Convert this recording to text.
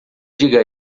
diga